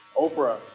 Oprah